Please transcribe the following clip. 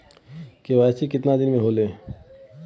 KYC कितना दिन में होले?